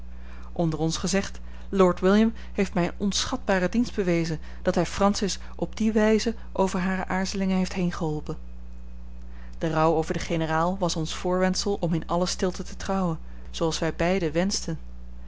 onder ons gezegd lord william heeft mij een onschatbaren dienst bewezen dat hij francis op die wijze over hare aarzelingen heeft heengeholpen de rouw over den generaal was ons voorwendsel om in alle stilte te trouwen zooals wij beiden wenschten